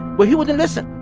but he wouldn't listen.